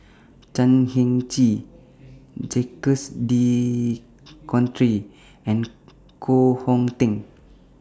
Chan Heng Chee Jacques De Coutre and Koh Hong Teng